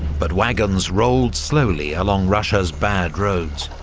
but wagons rolled slowly along russia's bad roads,